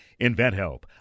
InventHelp